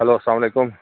hello السلامُ علیکُم